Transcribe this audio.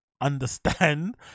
understand